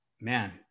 man